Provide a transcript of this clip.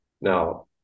Now